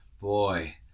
boy